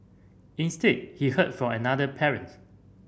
instead he heard from another parent